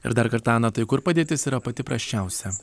ir dar kartą ana tai kur padėtis yra pati prasčiausia